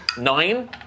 Nine